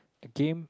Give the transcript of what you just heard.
a game